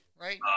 Right